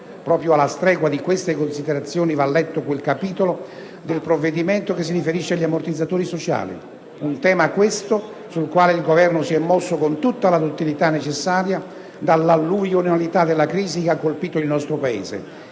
Proprio alla stregua di queste considerazioni va letto quel capitolo del provvedimento che si riferisce agli ammortizzatori sociali: un tema, questo, sul quale il Governo si è mosso con tutta la duttilità necessitata dall'alluvionalità della crisi che ha colpito il nostro Paese,